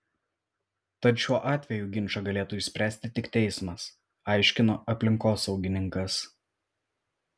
tad šiuo atveju ginčą galėtų išspręsti tik teismas aiškino aplinkosaugininkas